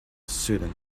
sudden